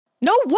No